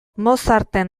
mozarten